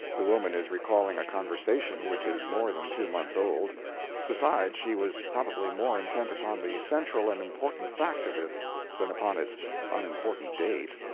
the woman is recalling a conversation which is more than two months old besides, she was probably more intent upon the central and important fact of it than upon its unimportant date.